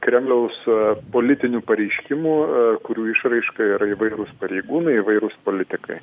kremliaus politinių pareiškimų kurių išraiška yra įvairūs pareigūnai įvairūs politikai